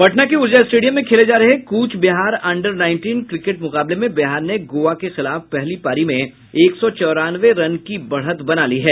पटना के ऊर्जा स्टेडियम में खेले जा रहे Cooch Behar under nineteen cricket मुकाबले में बिहार ने गोवा के खिलाफ पहली पारी में एक सौ चौरानवे रन की बढ़त बना ली है